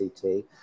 CT